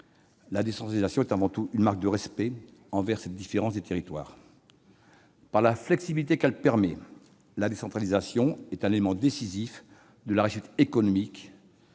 La décentralisation est avant tout une marque de respect envers la différence de ces territoires. Par la flexibilité qu'elle permet, elle est un élément décisif de la réussite économique.